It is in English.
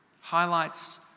highlights